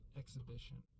exhibition